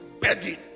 begging